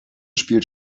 spielt